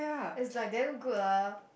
it's like damn good ah